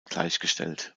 gleichgestellt